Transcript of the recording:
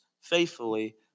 faithfully